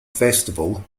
festival